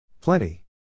Plenty